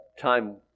time